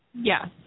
Yes